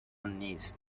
نیست